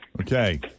Okay